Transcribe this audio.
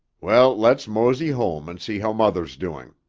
well, let's mosey home and see how mother's doing.